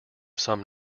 some